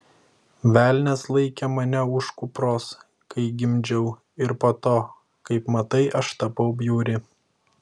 velnias laikė mane už kupros kai gimdžiau ir po to kaip matai aš tapau bjauri